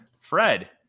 Fred